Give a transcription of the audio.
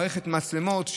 מערכת מצלמות,